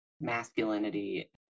masculinity